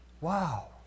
Wow